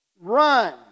Run